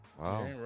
Wow